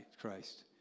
Christ